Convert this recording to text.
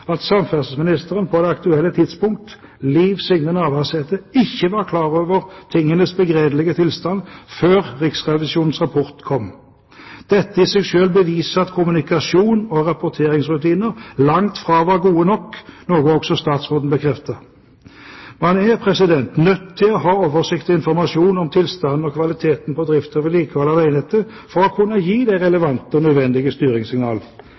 at samferdselsministeren på det aktuelle tidspunkt, Liv Signe Navarsete, ikke var klar over tingenes begredelige tilstand før Riksrevisjonens rapport kom. Dette i seg selv beviser at kommunikasjon og rapporteringsrutiner langt fra var bra nok, noe også statsråden bekreftet. Man er nødt til å ha oversikt over og informasjon om tilstanden og kvaliteten på drift og vedlikehold av veinettet for å kunne gi relevante og nødvendige